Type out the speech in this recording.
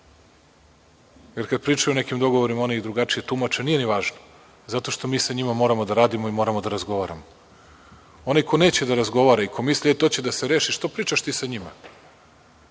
jer kada pričaju o nekim dogovorima oni ih drugačije tumače, nije ni važno. Mi sa njima moramo da radimo i moramo da razgovaramo. Onaj ko neće da razgovara i ko misli da će se to rešiti, što pričaš ti sa njima.